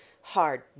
hard